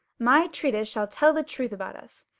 my treatise shall tell the truth about us.